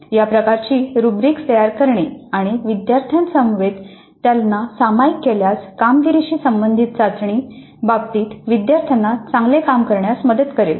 या प्रकारची रुब्रिक्स तयार करणे आणि विद्यार्थ्यांसमवेत त्यांना सामायिक केल्यास कामगिरीशी संबंधित चाचणी बाबतीत विद्यार्थ्यांना चांगले काम करण्यास मदत करेल